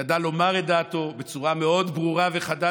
ידע לומר את דעתו בצורה מאוד ברורה וחדה,